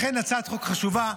לכן הצעת החוק חשובה.